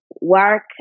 work